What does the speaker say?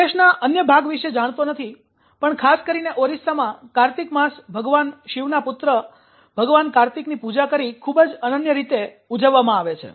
હું દેશના અન્ય ભાગ વિષે જાણતો નથી પણ ખાસ કરીને ઓરિસ્સામાં કાર્તિક માસ ભગવાન શિવના પુત્ર ભગવાન કાર્તિકની પૂજા કરી ખૂબ જ અનન્ય રીતે ઉજવવામાં આવે છે